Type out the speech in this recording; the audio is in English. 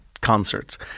concerts